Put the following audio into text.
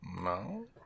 No